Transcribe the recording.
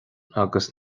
agus